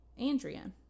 Andrea